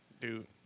dude